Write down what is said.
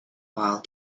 while